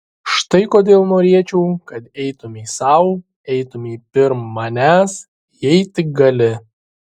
štai kodėl norėčiau kad eitumei sau eitumei pirm manęs jei tik gali